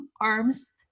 arms